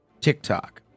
TikTok